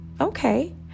Okay